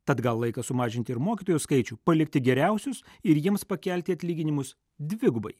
tad gal laikas sumažinti ir mokytojų skaičių palikti geriausius ir jiems pakelti atlyginimus dvigubai